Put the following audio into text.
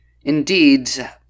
indeed